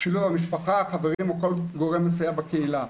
שילוב המשפחה, החברים או כל גורם מסייע בקהילה.